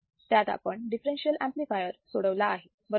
त्यात आपण differential amplifier सोडवलेला आहे बरोबर